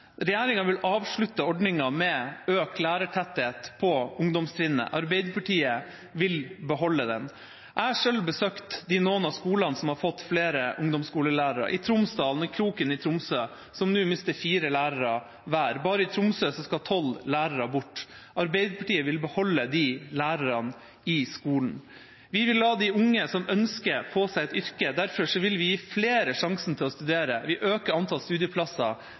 Regjeringa vil avslutte ordningen med økt lærertetthet på ungdomstrinnet. Arbeiderpartiet vil beholde den. Jeg har selv besøkt noen av de skolene som har fått flere ungdomsskolelærere – Tromsdalen og Kroken i Tromsø – som nå mister fire lærere hver. Bare i Tromsø skal tolv lærere bort. Arbeiderpartiet vil beholde de lærerne i skolen. Vi vil la de unge som ønsker det, få seg et yrke. Derfor vil vi gi flere sjansen til å studere. Vi øker antallet studieplasser